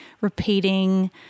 repeating